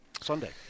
Sunday